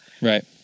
Right